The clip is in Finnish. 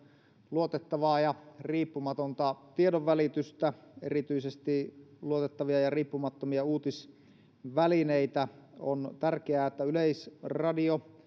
luotettavaa ja riippumatonta tiedonvälitystä erityisesti luotettavia ja riippumattomia uutisvälineitä on tärkeää että yleisradio